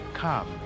come